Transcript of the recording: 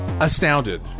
astounded